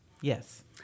Yes